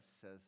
says